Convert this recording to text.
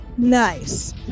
Nice